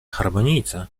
harmonijce